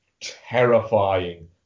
terrifying